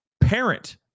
parent